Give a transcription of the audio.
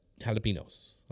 jalapenos